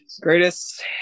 greatest